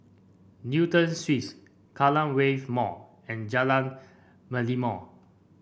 Newton Suites Kallang Wave Mall and Jalan Merlimau